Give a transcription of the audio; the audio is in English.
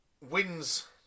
wins